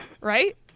right